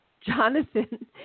Jonathan